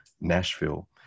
Nashville